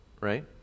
right